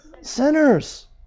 Sinners